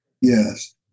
Yes